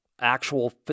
actual